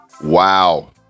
Wow